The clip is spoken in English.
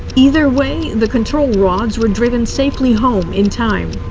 either way, the control rods were driven safely home in time.